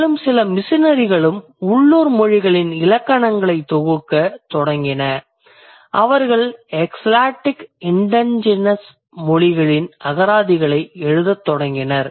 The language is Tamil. மேலும் சில மிசனரிகளும் உள்ளூர் மொழிகளின் இலக்கணங்களைத் தொகுக்கத் தொடங்கின அவர்கள் எக்ஸாடிக் இண்டிஜெனஸ் மொழிகளின் அகராதிகளை எழுதத் தொடங்கினர்